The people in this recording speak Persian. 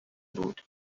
بود